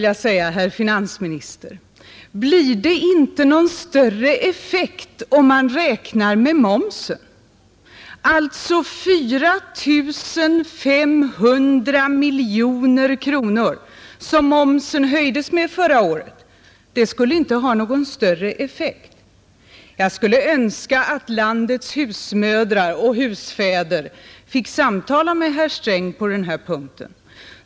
Jaså, herr finansminister, skulle jag vilja säga, det blir inte någon större effekt om man räknar med momsen! De 4 500 miljoner kronor som momsen höjdes med förra året skulle alltså inte ge någon större effekt. Jag önskar att landets husmödrar och husfäder fick samtala med herr Sträng på den här punkten.